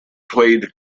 played